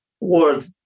world